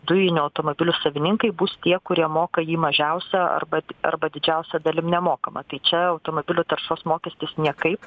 dujinių automobilių savininkai bus tie kurie moka jį mažiausią arba arba didžiausią dalim nemokama tai čia automobilių taršos mokestis niekaip